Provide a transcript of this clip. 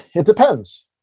it depends.